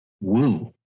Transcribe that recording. Woo